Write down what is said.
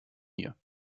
hier